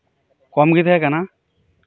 ᱠᱚᱢ ᱜᱮ ᱛᱟᱦᱮᱸ ᱠᱟᱱᱟ